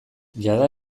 jada